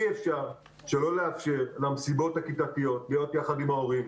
אי אפשר שלא לאפשר למסיבות הכיתתיות להיות יחד עם ההורים.